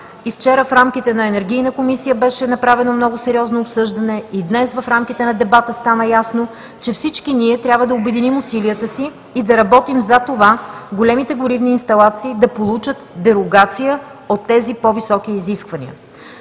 вчера в рамките на Комисията по енергетика беше направено много сериозно обсъждане и днес в рамките на дебата стана ясно, че всички ние трябва да обединим усилията си и да работим за това големите горивни инсталации да получат дерогация от тези по-високи изисквания.